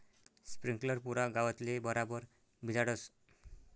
sprinkler पुरा गावतले बराबर भिजाडस